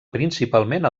principalment